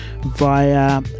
via